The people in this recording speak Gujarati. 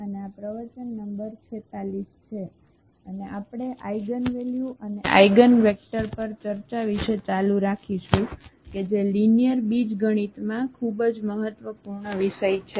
અને આ પ્રવચન નંબર 46 છે અને આપણે આઇગનવેલ્યુ અને આઇગનવેક્ટરપર ચર્ચા વિશે ચાલુ રાખીશું કે જે લિનિયર બીજગણિતમાં ખૂબ જ મહત્વપૂર્ણ વિષય છે